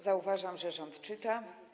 Zauważam, że rząd czyta.